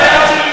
אתה יודע מה?